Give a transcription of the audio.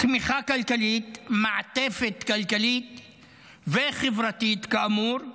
תמיכה כלכלית, מעטפת כלכלית וחברתית, כאמור,